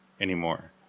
anymore